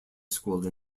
school